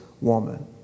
woman